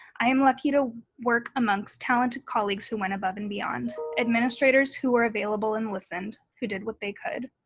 i am lucky to work amongst talented colleagues who went above and beyond, administrators who were available and listened who did what they could.